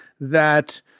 that-